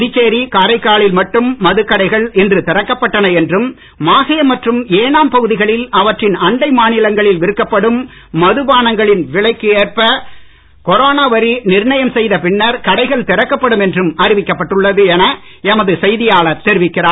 புதுச்சேரி காரைக்காலில் மட்டும் மதுக்கடைகள் இன்று திறக்கப்பட்டன என்றும் மாஹே மற்றும் ஏனாம் பகுதிகளில் அவற்றின் அண்டை மாநிலங்களில் விற்கப்படும் மதுபானங்களின் விலைக்கு ஏற்ப கொரோனா வரி நிர்ணயம் செய்த பின்னர் கடைகள் திறக்கப்படும் என்றும் அறிவிக்கப்பட்டுள்ளது என எமது செய்தியாளர் தெரிவிக்கிறார்